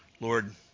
Lord